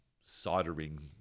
soldering